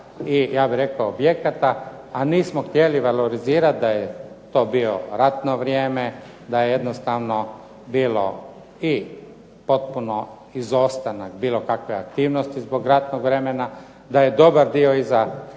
zgrada i objekata. A nismo htjeli valorizirat da je to bilo ratno vrijeme, da je jednostavno bilo i potpuno izostanak bilo kakve aktivnosti zbog ratnog vremena, da je dobar dio za